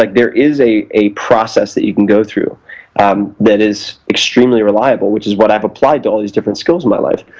like there is a a process that you can go through um that is extremely reliable, which is what i've applied to all these different skills in my life,